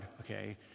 okay